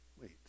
wait